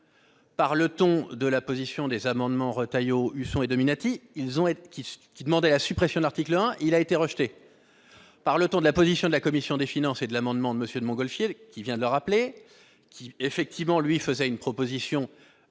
par le ton de la position des amendements Retailleau Husson et Dominati, ils ont été, qui, qui demandait la suppression de l'article 1 il a été rejeté par le ton de la position de la commission des finances et de l'amendement de monsieur de Montgolfier qui vient de le rappeler qui effectivement lui faisait une proposition